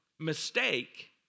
mistake